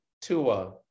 Tua